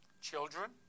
Children